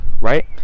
right